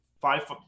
five